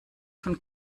von